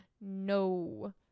No